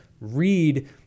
read